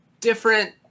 different